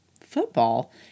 football